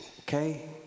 okay